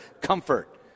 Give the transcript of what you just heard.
comfort